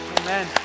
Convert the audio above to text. Amen